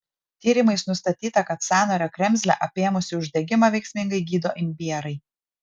tyrimais nustatyta kad sąnario kremzlę apėmusį uždegimą veiksmingai gydo imbierai